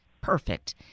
Perfect